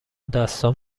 دستام